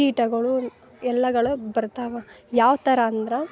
ಕೀಟಗಳು ಎಲ್ಲಗಳು ಬರ್ತಾವ ಯಾವ್ಥರ ಅಂದ್ರೆ